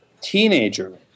teenager